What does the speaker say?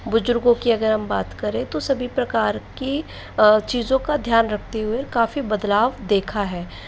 बुजुर्गो की अगर हम बात करें तो सभी प्रकार की चीज़ों का ध्यान रखते हुए काफ़ी बदलाव देखा है